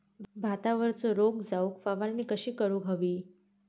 भातावरचो रोग जाऊक फवारणी कशी करूक हवी?